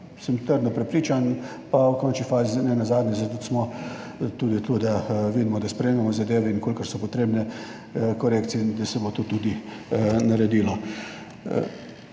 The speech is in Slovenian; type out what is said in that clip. sem trdno prepričan, pa v končni fazi nenazadnje zato smo tudi tu, da vidimo, da sprejemamo zadeve in v kolikor so potrebne korekcije in da se bo to tudi naredilo.